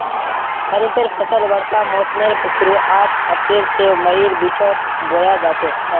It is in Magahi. खरिफेर फसल वर्षा मोसमेर शुरुआत अप्रैल से मईर बिचोत बोया जाछे